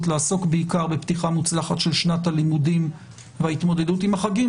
לעסוק בעיקר בפתיחה מוצלחת של שנת הלימודים וההתמודדות עם החגים,